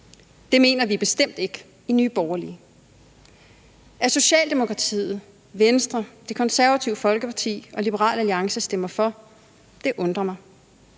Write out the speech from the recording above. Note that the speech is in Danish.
Det mener vi bestemt ikke i Nye Borgerlige. At Socialdemokratiet, Venstre, Det Konservative Folkeparti og Liberal Alliance stemmer for, undrer mig,